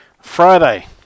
Friday